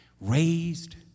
raised